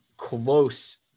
close